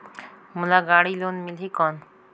मोला गाड़ी लोन मिलही कौन?